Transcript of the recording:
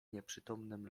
nieprzytomnym